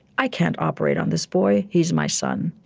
i can't operate on this boy. he's my son.